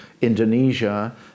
Indonesia